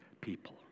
people